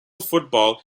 football